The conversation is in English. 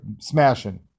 smashing